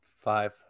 Five